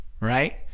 right